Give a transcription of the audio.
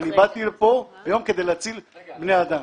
באתי לפה היום כדי להציל בני אדם.